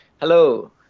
Hello